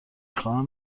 خواهم